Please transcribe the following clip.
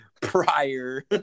prior